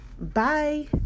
Bye